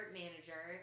manager